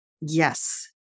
Yes